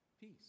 peace